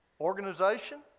Organization